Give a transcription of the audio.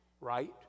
right